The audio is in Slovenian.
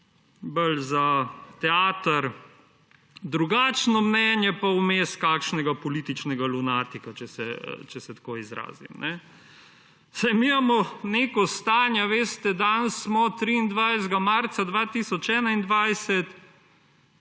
bolj za teater drugačno mnenje pa vmes kakšnega političnega lunatika, če se tako izrazim. Saj mi imamo neko stanje, veste, danes smo 23. marca 2021